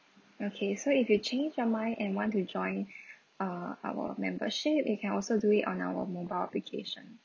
okay so if you change your mind and want to join uh our membership you can also do it on our mobile application